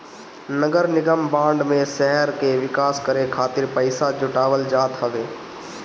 नगरनिगम बांड में शहर के विकास करे खातिर पईसा जुटावल जात हवे